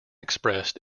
expressed